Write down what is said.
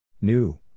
New